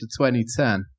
2010